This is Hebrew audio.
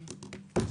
כיום.